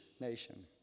nation